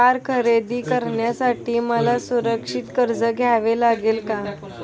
Car खरेदी करण्यासाठी मला सुरक्षित कर्ज घ्यावे लागेल का?